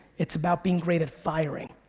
it's about being great at firing.